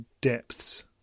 depths